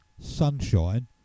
sunshine